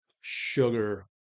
Sugar